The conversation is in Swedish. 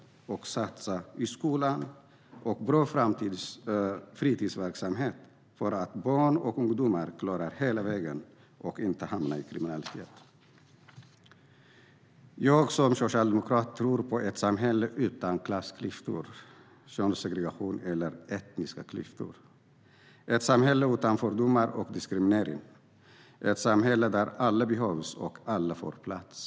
Vi måste satsa i skolan och på en bra fritidsverksamhet för att barn och ungdomar ska klara hela vägen och inte hamna i kriminalitet. Jag som socialdemokrat tror på ett samhälle utan klasskillnader, könssegregation eller etniska klyftor. Jag tror på ett samhälle utan fördomar och diskriminering, ett samhälle där alla behövs och där alla får plats.